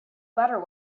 better